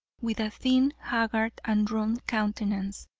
with a thin, haggard and drawn countenance,